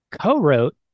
co-wrote